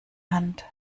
hand